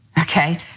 Okay